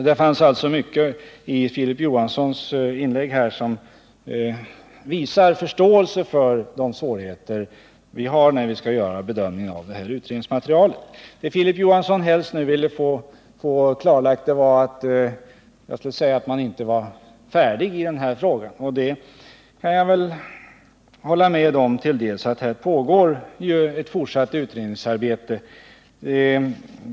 Det fanns alltså mycket i Filip Johanssons inlägg som visar förståelse för de svårigheter vi har när vi skall bedöma utredningsmaterialet. Filip Johansson ville helst att jag skulle säga att man inte är färdig med denna fråga, och det kan jag väl hålla med om till en del. Här pågår ett fortsatt utredningsarbete.